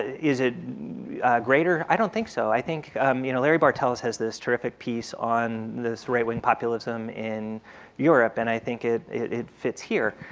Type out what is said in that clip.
is it greater, i don't think so. i think you know larry bartels has this terrific piece on this right-wing populism in europe and i think it it fits here.